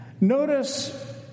notice